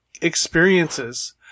experiences